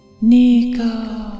Nico